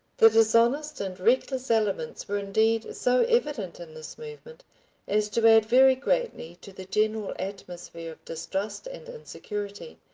the dishonest and reckless elements were indeed so evident in this movement as to add very greatly to the general atmosphere of distrust and insecurity,